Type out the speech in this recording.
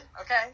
okay